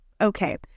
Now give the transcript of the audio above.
Okay